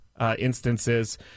instances